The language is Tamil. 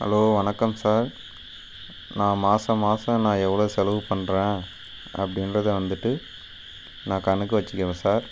ஹலோ வணக்கம் சார் நான் மாதம் மாதம் நான் எவ்வளோ செலவு பண்ணுறேன் அப்டின்றதை வந்துவிட்டு நான் கணக்கு வெச்சிக்குறேன் சார்